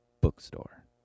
bookstore